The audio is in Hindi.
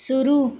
शुरू